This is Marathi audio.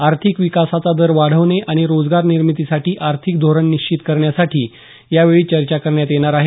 आर्थिक विकासाचा दर वाढवणे आणि रोजगार निर्मितीसाठी आर्थिक धोरण निश्चित करण्यासाठी या वेळी चर्चा करण्यात येणार आहे